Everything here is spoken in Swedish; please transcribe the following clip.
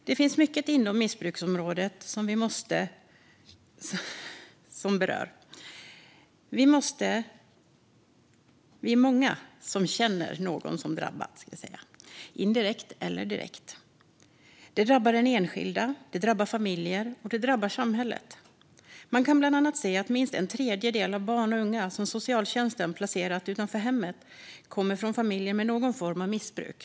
Det finns mycket inom missbruksområdet som berör. Vi är många som känner någon som drabbats, indirekt eller direkt. Missbruk drabbar den enskilda, det drabbar familjer och det drabbar samhället. Man kan bland annat se att minst en tredjedel av barn och unga som socialtjänsten har placerat utanför hemmet kommer från familjer med någon form av missbruk.